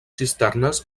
cisternes